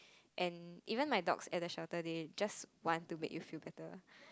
and even like dogs at the shelter they just want to make you feel better